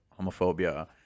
homophobia